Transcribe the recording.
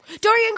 Dorian